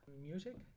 Music